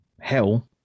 hell